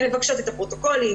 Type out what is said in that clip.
הן מבקשות את הפרוטוקולים,